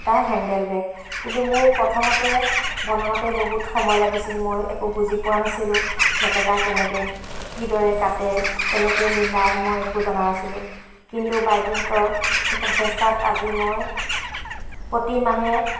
এটা handle bag কিন্তু মোৰ প্ৰথমতে বনাওঁতে বহুত সময় লাগিছিল মই একো বুজি পোৱা নাছিলোঁ মেটেকা কেনেকৈ কিদৰে কাটে কেনেকৈ মিলাই মই একো জনা নাছিলোঁ কিন্তু বাইদেউহঁতৰ প্ৰচেষ্টাত আজি মই প্ৰতিমাহে